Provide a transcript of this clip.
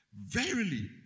verily